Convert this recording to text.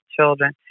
children